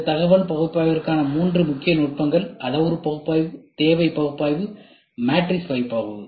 இந்த தகவல் பகுப்பாய்விற்கான மூன்று முக்கிய நுட்பங்கள் அளவுரு பகுப்பாய்வு தேவை பகுப்பாய்வு மற்றும் மேட்ரிக்ஸ் பகுப்பாய்வு ஆகும்